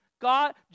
God